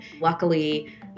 luckily